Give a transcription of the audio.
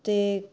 ते